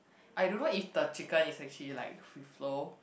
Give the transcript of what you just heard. I don't know if the chicken is actually like free flow